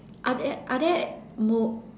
are there are there more